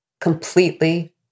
completely